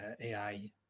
ai